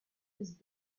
his